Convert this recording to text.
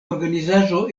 organizaĵo